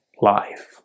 life